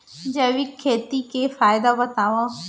जैविक खेती के फायदा बतावा?